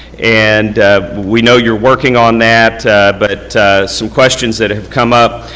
and we know you're working on that but some questions that come up,